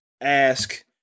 ask